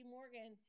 Morgan